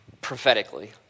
prophetically